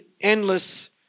endless